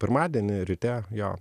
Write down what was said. pirmadienį ryte jo